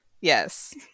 Yes